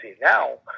now